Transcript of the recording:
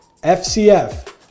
FCF